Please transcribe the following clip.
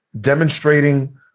demonstrating